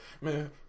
man